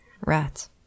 Rats